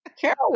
Carol